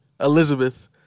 Elizabeth